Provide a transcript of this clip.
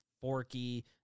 forky